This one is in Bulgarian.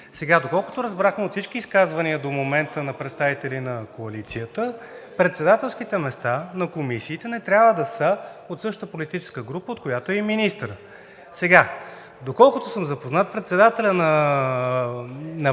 Доколкото разбрахме от всички изказвания до момента на представители на коалицията, председателските места на комисиите не трябва да са от същата политическа група, от която е и министърът. Доколкото съм запознат, предложеният